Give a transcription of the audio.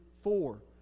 four